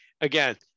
again